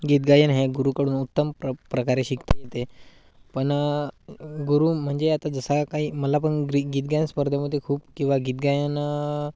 गीत गायन हे गुरूकडून उत्तम प्र प्रकारे शिकता येते पण गुरु म्हणजे आता जसा काही मला पण ग्री गीत गायन स्पर्धेमध्ये खूप किंवा गीत गायन